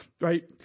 Right